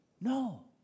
No